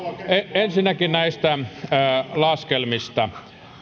ensinnäkin näistä laskelmista